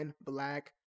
black